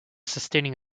sustaining